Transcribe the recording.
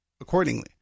Accordingly